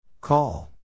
Call